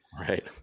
Right